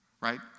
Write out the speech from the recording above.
right